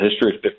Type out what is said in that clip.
history